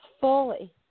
fully